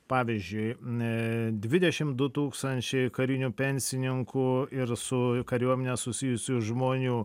pavyzdžiui e dvidešimt du tūkstančiai karinių pensininkų ir su kariuomene susijusių žmonių